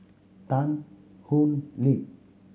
Tan Thoon Lip